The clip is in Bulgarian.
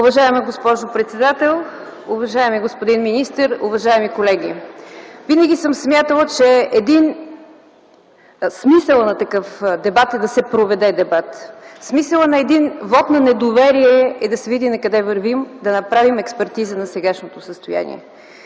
Уважаема госпожо председател, уважаеми господин министър, уважаеми колеги! Винаги съм смятала, че смисълът на такъв дебат е да се проведе дебат. Смисълът на един вот на недоверие е да се види накъде вървим, да направим експертиза на сегашното състояние.